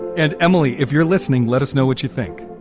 and emily, if you're listening, let us know what you think.